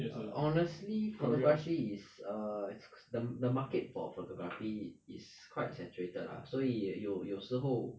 err honestly photography is err the market for photography is quite saturated lah 所以有有时候